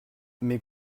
mes